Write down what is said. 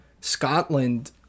Scotland